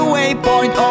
Waypoint